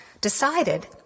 decided